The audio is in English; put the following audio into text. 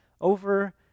over